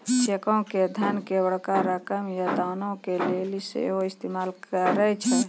चेको के धन के बड़का रकम या दानो के लेली सेहो इस्तेमाल करै छै